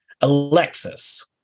Alexis